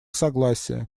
согласия